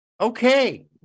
Okay